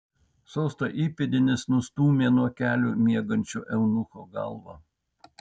sosto įpėdinis nustūmė nuo kelių miegančio eunucho galvą